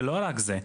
ולא רק זה.